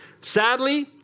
Sadly